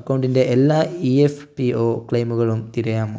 അക്കൗണ്ടിൻ്റെ എല്ലാ E P F O ക്ലെയിമുകളും തിരയാമോ